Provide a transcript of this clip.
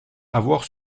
avoir